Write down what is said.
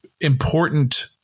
important